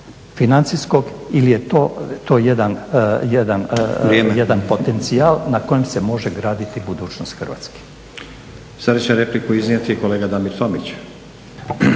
financijskog ili je to jedan potencijal na kojem se može graditi budućnost Hrvatske? **Stazić, Nenad (SDP)** Sada će repliku iznijeti kolega Damir Tomić.